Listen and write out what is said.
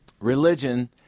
Religion